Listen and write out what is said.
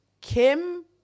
Kim